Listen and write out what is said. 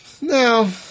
No